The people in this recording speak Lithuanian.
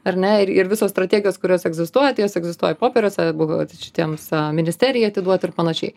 ar ne ir ir visos strategijos kurios egzistuoja tai jos egzistuoja popieriuose buvo šitiems ministerijai atiduota ir panašiai